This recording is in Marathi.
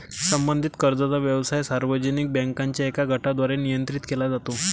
संबंधित कर्जाचा व्यवसाय सार्वजनिक बँकांच्या एका गटाद्वारे नियंत्रित केला जातो